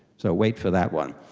so wait for that one.